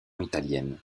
italienne